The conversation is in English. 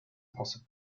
possible